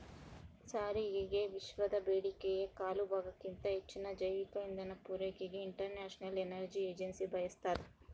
ಸಾರಿಗೆಗೆವಿಶ್ವದ ಬೇಡಿಕೆಯ ಕಾಲುಭಾಗಕ್ಕಿಂತ ಹೆಚ್ಚಿನ ಜೈವಿಕ ಇಂಧನ ಪೂರೈಕೆಗೆ ಇಂಟರ್ನ್ಯಾಷನಲ್ ಎನರ್ಜಿ ಏಜೆನ್ಸಿ ಬಯಸ್ತಾದ